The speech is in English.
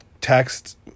text